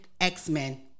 X-Men